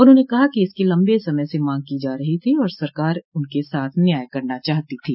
उन्होंने कहा कि इसकी लम्बें समय से मांग की जा रही थी और सरकार उनके साथ न्याय करना चाहती थी